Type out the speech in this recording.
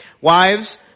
Wives